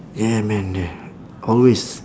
yeah man yeah always